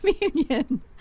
communion